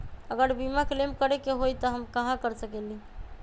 अगर बीमा क्लेम करे के होई त हम कहा कर सकेली?